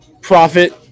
profit